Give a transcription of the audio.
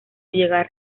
llegar